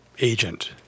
agent